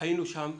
היינו שם.